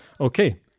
Okay